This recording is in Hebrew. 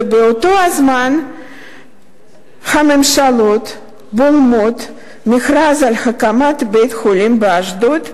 ובאותו הזמן הממשלות בולמות מכרז להקמת בית-חולים באשדוד,